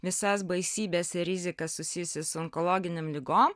visas baisybes ir rizika susijusi su onkologinėm ligom